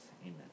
Amen